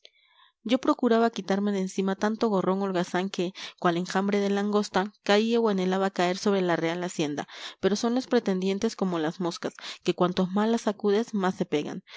yo procuraba quitarme de encima tanto gorrón holgazán que cual enjambre de langosta caía o anhelaba caer sobre la real hacienda pero son los pretendientes como las moscas que cuanto más las sacuden más se pegan